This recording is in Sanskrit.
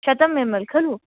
शतम् एम् एल् खलु